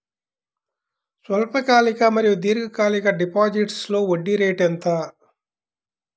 స్వల్పకాలిక మరియు దీర్ఘకాలిక డిపోజిట్స్లో వడ్డీ రేటు ఎంత?